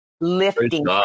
lifting